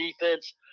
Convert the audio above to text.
defense